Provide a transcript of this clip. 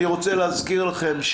אני רוצה להזכיר לכם,